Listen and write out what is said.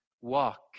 walk